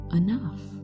enough